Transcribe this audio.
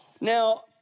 Now